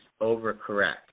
overcorrect